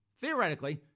Theoretically